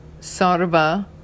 Sarva